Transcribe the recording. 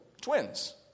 Twins